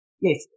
yes